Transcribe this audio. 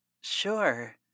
Sure